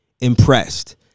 impressed